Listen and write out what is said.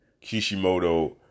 Kishimoto